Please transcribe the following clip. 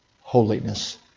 holiness